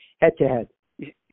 head-to-head